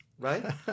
right